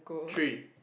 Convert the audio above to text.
three